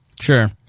Sure